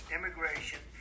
Immigration